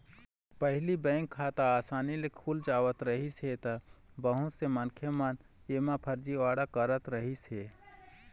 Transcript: पहिली बेंक खाता असानी ले खुल जावत रहिस हे त बहुत से मनखे मन एमा फरजीवाड़ा करत रहिस हे